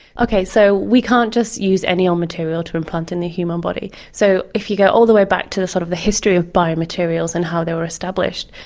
okay. so we can't just use any old material to implant in the human body, so if you go all the way back to the sort of the history of biomaterials and how they were established,